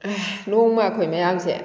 ꯅꯣꯡꯃ ꯑꯩꯈꯣꯏ ꯃꯌꯥꯝꯁꯦ